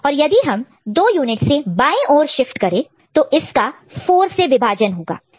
और यदि हम दो यूनिट से बाएं लेफ्ट left और शिफ्ट करें तो इसका 4 से विभाजन डिवाइड divide होगा